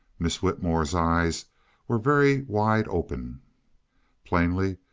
miss whitmore's eyes were very wide open plainly,